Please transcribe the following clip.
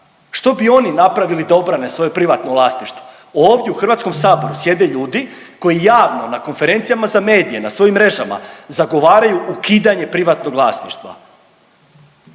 Što bi oni napravili da obrane svoje privatno vlasništvo. Ovdje u Hrvatskom saboru sjede ljudi koji javno na konferencijama za medije, na svojim mrežama zagovaraju ukidanje privatnog vlasništva.